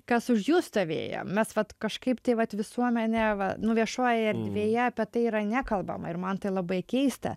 kas už jų stovėjo mes vat kažkaip tai vat visuomenė nu viešojoje erdvėje apie tai yra nekalbama ir man tai labai keista